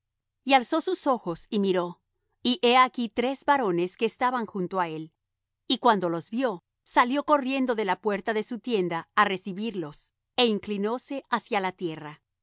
y alzó sus ojos y miró y he aquí tres varones que estaban junto á él y cuando los vió salió corriendo de la puerta de su tienda á recibirlos é inclinóse hacia la tierra